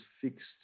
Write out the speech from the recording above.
fixed